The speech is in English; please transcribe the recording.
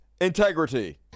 integrity